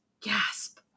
gasp